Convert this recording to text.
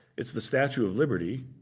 it's the statue of liberty.